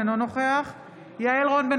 אינו נוכח יעל רון בן